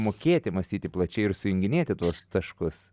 mokėti mąstyti plačiai ir sujunginėti tuos taškus